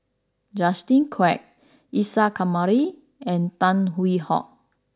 Justin Quek Isa Kamari and Tan Hwee Hock